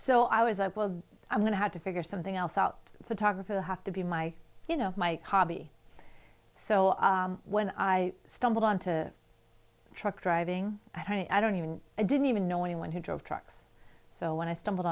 so i was up well i'm going to have to figure something else out photographer the have to be my you know my hobby so when i stumbled on to a truck driving i mean i don't even i didn't even know anyone who drove trucks so when i stumbled